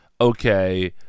okay